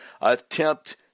attempt